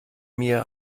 mir